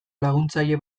laguntzaile